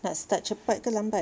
nak start cepat ke lambat